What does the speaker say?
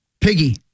Piggy